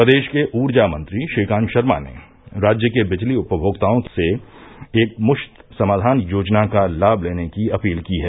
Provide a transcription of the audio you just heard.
प्रदेश के ऊर्जा मंत्री श्रीकांत शर्मा ने राज्य के बिजली उपभोक्ताओं से एक मुश्त समाधान योजना का लाभ लेने की अपील की है